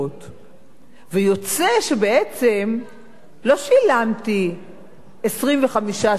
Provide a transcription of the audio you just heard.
ויוצא שבעצם לא שילמתי 25 שקל לספר,